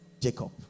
Jacob